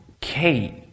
Kate